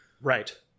Right